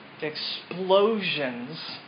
Explosions